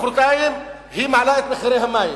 ומחרתיים היא מעלה את מחיר המים,